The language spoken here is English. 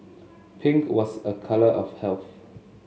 pink was a colour of health